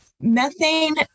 methane